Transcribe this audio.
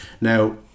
Now